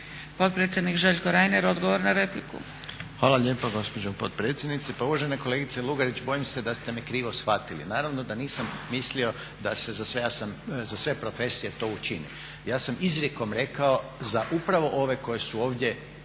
Potpredsjednik Željko Reiner, odgovor na repliku. **Reiner, Željko (HDZ)** Hvala lijepa gospođo potpredsjednice. Pa uvažena kolegice Lugarić bojim se da ste me krivo shvatili. Naravno da nisam mislio da se za sve profesije to učini. Ja sam izrijekom rekao za upravo ove koje su ovdje